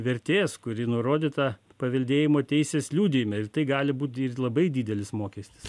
vertės kuri nurodyta paveldėjimo teisės liudijime ir tai gali būti ir labai didelis mokestis